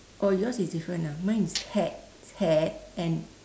oh yours is different ah mine is hats hat and